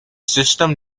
system